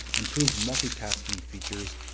improved multitasking features,